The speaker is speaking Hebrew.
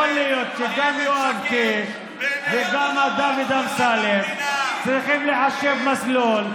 יכול להיות שגם יואב קיש וגם דוד אמסלם צריכים לחשב מסלול,